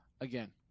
Again